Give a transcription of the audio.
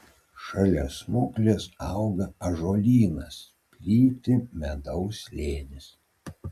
šalia smuklės auga ąžuolynas plyti medaus slėnis